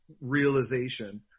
realization